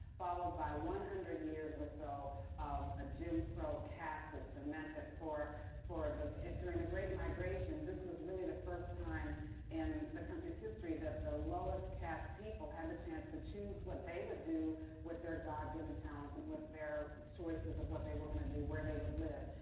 followed by one hundred years or so of a jim crow cast system meant that for for the during the great migration, this was really the first time in the country's history that the lowest cast people had the chance to choose what they would do with their god-given talents and with their choices of what they were going to do, where they would live.